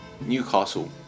Newcastle